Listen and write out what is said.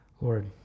Lord